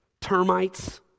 termites